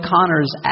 Connors